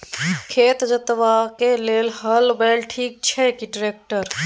खेत जोतबाक लेल हल बैल ठीक अछि की ट्रैक्टर?